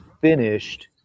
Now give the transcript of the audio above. finished